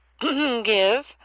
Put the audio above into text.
give